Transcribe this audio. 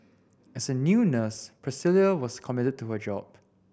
as a new nurse Priscilla was committed to her job